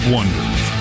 Wonders